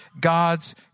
God's